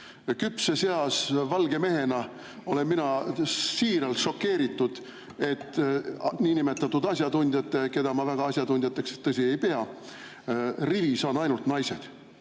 Küpses eas valge mehena olen mina siiralt šokeeritud, et niinimetatud asjatundjate rivis – ma neid väga asjatundjateks, tõsi, ei pea – on ainult naised.